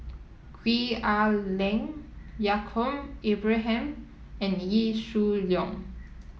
Gwee Ah Leng Yaacob Ibrahim and Wee Shoo Leong